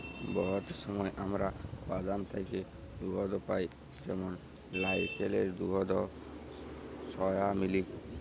বহুত সময় আমরা বাদাম থ্যাকে দুহুদ পাই যেমল লাইরকেলের দুহুদ, সয়ামিলিক